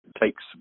takes